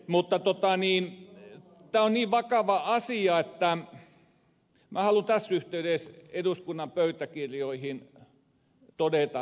mutta tämä on niin vakava asia että minä haluan tässä yhteydessä eduskunnan pöytäkirjoihin todeta seuraavaa